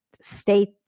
state